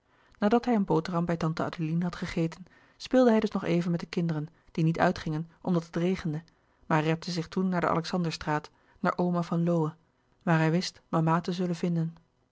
nadat hij een boterham bij tante adeline had gegeten speelde hij dus nog even met de kinderen die niet uitgingen omdat het regende maar repte zich toen naar de alexanderstraat naar oma van lowe waar hij wist mama te zullen vinden